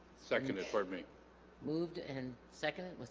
second it for me moved and seconded